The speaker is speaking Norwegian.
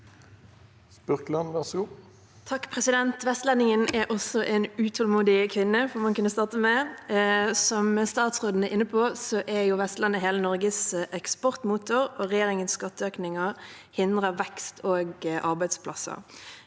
Spurkeland (H) Vestlendin- gen er også en utålmodig kvinne, får man kunne starte med. Som statsråden er inne på, er Vestlandet hele Norges eksportmotor, og regjeringens skatteøkninger hindrer vekst og arbeidsplasser.